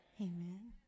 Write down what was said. Amen